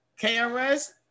KRS